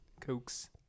Cokes